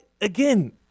again